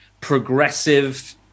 progressive